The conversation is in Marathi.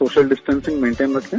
सोशल डिस्टन्स मेंटेन रखे